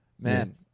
Man